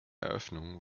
eröffnung